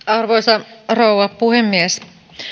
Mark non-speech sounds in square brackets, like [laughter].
[unintelligible] arvoisa rouva puhemies